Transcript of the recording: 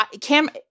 Cam